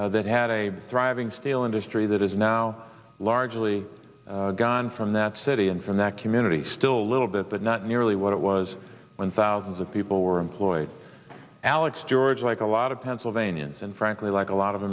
community that had a thriving steel industry that is now largely gone from that city and from that community still a little bit but not nearly what it was when thousands of people were employed alex george like a lot of pennsylvania's and frankly like a lot of